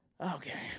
Okay